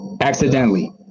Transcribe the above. accidentally